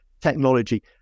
technology